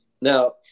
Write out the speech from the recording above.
Now